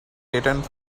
returned